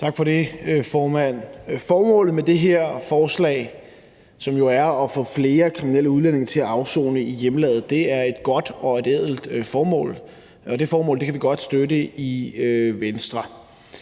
Tak for det, formand. Formålet med det her forslag, som jo er at få flere kriminelle udlændinge til at afsone i hjemlandet, er et godt og et ædelt formål, og det formål kan vi godt støtte i Venstre.